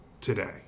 today